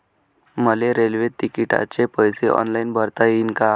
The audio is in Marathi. मले रेल्वे तिकिटाचे पैसे ऑनलाईन भरता येईन का?